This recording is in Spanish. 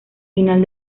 final